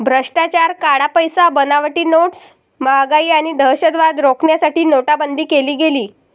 भ्रष्टाचार, काळा पैसा, बनावटी नोट्स, महागाई आणि दहशतवाद रोखण्यासाठी नोटाबंदी केली गेली